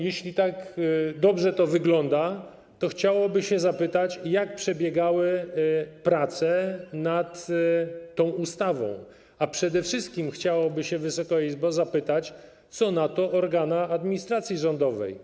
Jeśli tak dobrze to wygląda, to chciałoby się zapytać, jak przebiegały prace nad tą ustawą, a przede wszystkim chciałoby się, Wysoka Izbo, zapytać, co na to organa administracji rządowej.